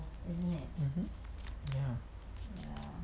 mmhmm ya